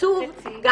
תקצוב גם